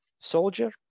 soldier